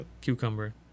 Cucumber